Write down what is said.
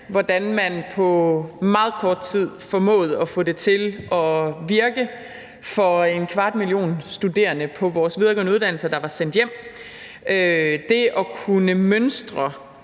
hvordan man på meget kort tid formåede at få det til at virke for 0,25 millioner studerende på vores videregående uddannelser, der var sendt hjem, altså det at kunne mønstre